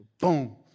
Boom